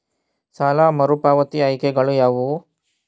ಸಾಲ ಮರುಪಾವತಿ ಆಯ್ಕೆಗಳು ಯಾವುವು?